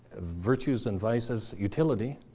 virtues and vises, utility.